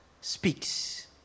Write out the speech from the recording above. speaks